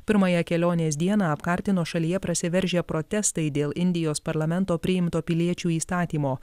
pirmąją kelionės dieną apkartino šalyje prasiveržę protestai dėl indijos parlamento priimto piliečių įstatymo